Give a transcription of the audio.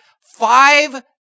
Five